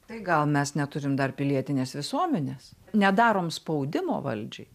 tai gal mes neturim dar pilietinės visuomenės nedarom spaudimo valdžiai